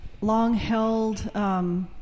long-held